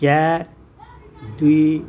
ଚାର୍ ଦୁଇ